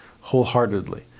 wholeheartedly